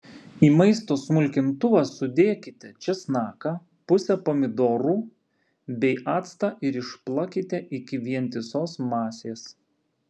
į maisto smulkintuvą sudėkite česnaką pusę pomidorų bei actą ir išplakite iki vientisos masės